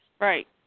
Right